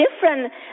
different